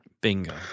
Bingo